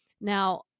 Now